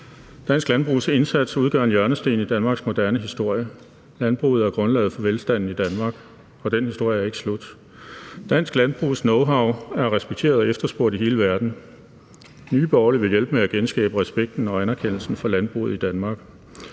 Dansk landbrugs indsats udgør en hjørnesten i Danmarks moderne historie. Landbruget er grundlaget for velstanden i Danmark, og den historie er ikke slut. Dansk landbrugs knowhow er respekteret og efterspurgt i hele verden. Nye Borgerlige vil hjælpe med at genskabe respekten for og anerkendelsen af landbruget i Danmark.